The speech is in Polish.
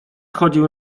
chodził